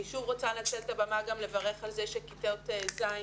אני שוב רוצה לנצל את הבמה גם לברך על כך שכיתות ז'